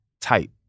type